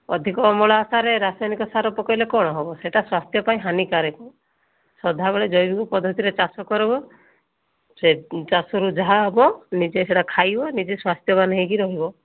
ଅଧିକ ଅମଳ ଆଶାରେ ରାସାୟନିକ ସାର ପକାଇଲେ କ'ଣ ହେବ ସେଇଟା ସ୍ୱାସ୍ଥ୍ୟ ପାଇଁ ହାନିକାରକ ସଦାବେଳେ ଜୈବିକ ପଦ୍ଧତିରେ ଚାଷ କରିବ ସେ ଚାଷରୁ ଯାହା ହେବ ନିଜେ ସେଇଟା ଖାଇବ ନିଜେ ସ୍ୱାସ୍ଥ୍ୟାବାନ ହୋଇକି ରହିବ